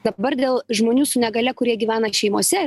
dabar dėl žmonių su negalia kurie gyvena šeimose